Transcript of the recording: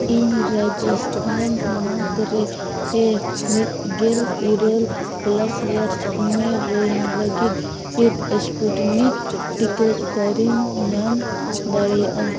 ᱤᱧ ᱨᱟᱡᱚᱥᱛᱷᱟᱱ ᱦᱚᱱᱚᱛ ᱨᱮ ᱢᱤᱫ ᱜᱮᱞ ᱤᱨᱟᱹᱞ ᱯᱞᱟᱥ ᱤᱭᱟᱨᱥ ᱩᱢᱮᱨ ᱨᱮᱱ ᱞᱟᱹᱜᱤᱫ ᱞᱟᱹᱜᱤᱫ ᱥᱯᱩᱴᱱᱤᱠ ᱴᱤᱠᱟᱹ ᱚᱠᱟᱨᱤᱧ ᱧᱟᱢ ᱫᱟᱲᱮᱭᱟᱜᱼᱟ